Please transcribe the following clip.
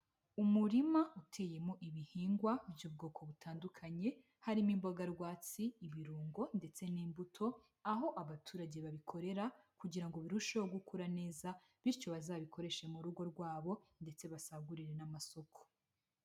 Umurima uteyemo ibihingwa by'ubwoko butandukanye, harimo imboga rwatsi, ibirungo, ndetse n'imbuto, aho abaturage babikorera kugira ngo birusheho gukura neza, bityo bazabikoreshe mu rugo rwabo, ndetse basagurire n'amasoko.